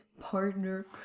partner